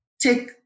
take